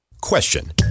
Question